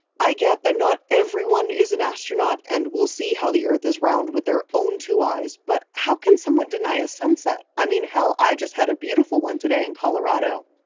i get that not everyone is an astronaut and will see how the earth is round with their own two eyes. but, how can someone deny a sunset? i mean, hell, i just had a beautiful one today in colorado.